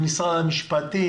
ממשרד המשפטים?